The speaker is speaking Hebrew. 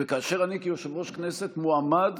וכאשר אני, כיושב-ראש הכנסת, מועמד